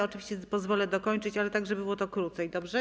Oczywiście pozwolę dokończyć, ale tak, żeby to trwało krócej, dobrze?